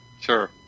Sure